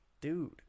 dude